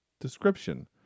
description